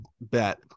bet